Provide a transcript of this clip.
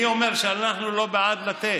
מי אומר שאנחנו לא בעד לתת?